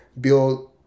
build